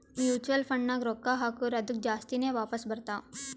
mutual ಫಂಡ್ನಾಗ್ ರೊಕ್ಕಾ ಹಾಕುರ್ ಅದ್ದುಕ ಜಾಸ್ತಿನೇ ವಾಪಾಸ್ ಬರ್ತಾವ್